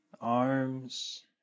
Arms